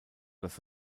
dass